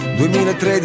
2013